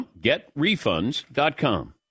GetRefunds.com